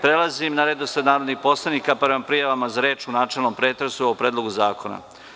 Prelazim na redosled narodnih poslanika prema prijavama za reč u načelnom pretresu o Predlogu zakona.